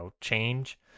change